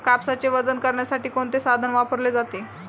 कापसाचे वजन करण्यासाठी कोणते साधन वापरले जाते?